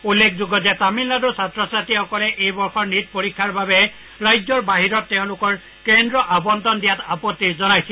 উল্লেখযোগ্য যে তামিলনাডুৰ ছাত্ৰ ছাত্ৰীসকলে এইবৰ্ষৰ নীট পৰীক্ষাৰ বাবে ৰাজ্যৰ বাহিৰত তেওঁলোকৰ কেন্দ্ৰ আবণ্টন দিয়াত আপত্তি জনাইছিল